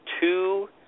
two